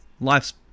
life's